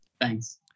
Thanks